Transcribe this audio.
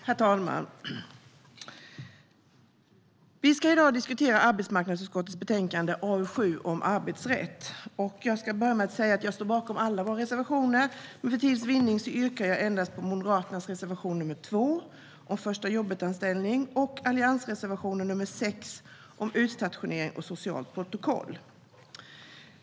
Herr talman! Vi ska nu diskutera arbetsmarknadsutskottets betänkande AU7 om arbetsrätt. Jag ska börja med att säga att jag står bakom alla våra reservationer men att jag för tids vinnande yrkar bifall endast till Moderaternas reservation nr 2 om förstajobbetanställning och alliansreservationen nr 6 om utstationering och socialt protokoll.